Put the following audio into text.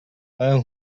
ойн